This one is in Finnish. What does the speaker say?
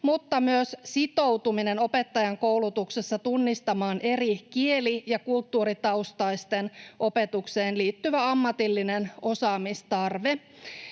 mutta myös sitoutuminen opettajankoulutuksessa tunnistamaan eri kieli- ja kulttuuritaustaisten opetukseen liittyvä ammatillinen osaamistarve.